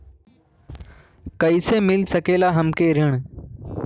कइसे मिल सकेला हमके ऋण?